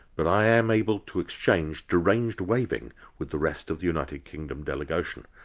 but i am able to exchange deranged waving with the rest of the united kingdom delegation.